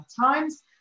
times